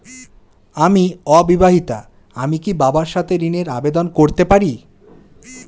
আমি অবিবাহিতা আমি কি বাবার সাথে ঋণের আবেদন করতে পারি?